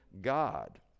God